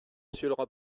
monsieur